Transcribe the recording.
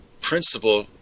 principle